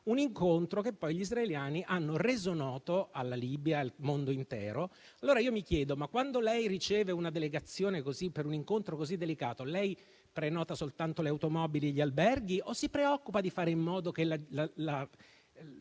un incontro che poi gli israeliani hanno reso noto alla Libia e al mondo intero. Allora io mi chiedo: ma quando lei riceve una delegazione per un incontro così delicato, lei prenota soltanto le automobili e gli alberghi o si preoccupa di fare in modo che la